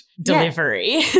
delivery